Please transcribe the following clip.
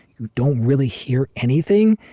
you don't really hear anything.